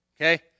Okay